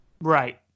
Right